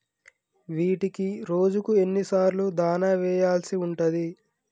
వీటికి రోజుకు ఎన్ని సార్లు దాణా వెయ్యాల్సి ఉంటది?